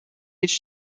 phd